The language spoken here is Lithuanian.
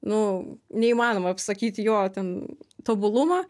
nu neįmanoma apsakyti jo ten tobulumą